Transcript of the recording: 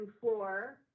floor